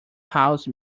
house